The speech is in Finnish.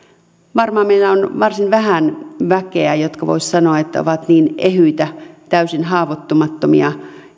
varmaan meillä on varsin vähän ihmisiä jotka voisivat sanoa että ovat niin ehyitä täysin haavoittumattomia